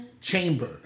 chamber